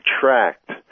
tracked